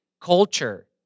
culture